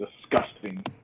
disgusting